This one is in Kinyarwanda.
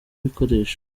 ibikoresho